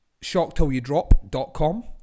shocktillyoudrop.com